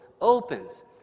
opens